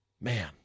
Man